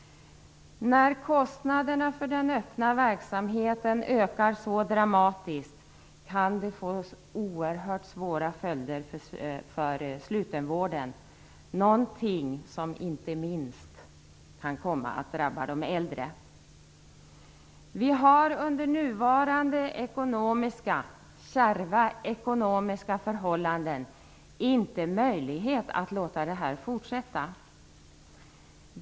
När kostnaderna för den öppna verksamheten ökar så dramatiskt kan det få oerhört svåra följder för slutenvården, någonting som inte minst kan komma att drabba de äldre. Vi har under nuvarande kärva ekonomiska förhållanden inte möjlighet att låta detta fortsätta.